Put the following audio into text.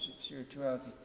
spirituality